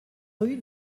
rue